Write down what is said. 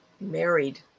married